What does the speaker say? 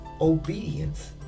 obedience